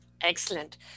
Excellent